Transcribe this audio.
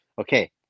Okay